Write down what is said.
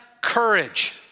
courage